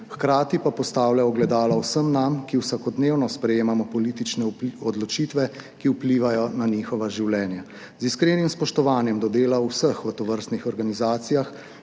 hkrati pa postavlja ogledalo vsem nam, ki vsakodnevno sprejemamo politične odločitve, ki vplivajo na njihova življenja. Z iskrenim spoštovanjem do dela vseh v tovrstnih organizacijah